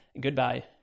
goodbye